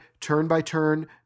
turn-by-turn